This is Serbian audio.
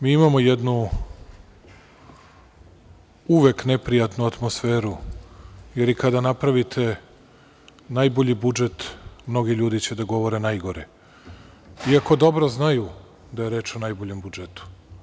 Mi imamo jednu uvek neprijatnu atmosferu, jer i kada napravite najbolji budžet, mnogi ljudi će da govore najgore, iako dobro znaju da je reč o najboljem budžetu.